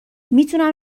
میتونم